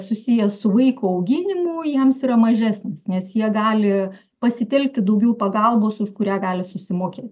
susijęs su vaiko auginimu jiems yra mažesnis nes jie gali pasitelkti daugiau pagalbos už kurią gali susimokėt